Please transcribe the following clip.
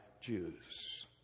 Jews